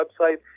website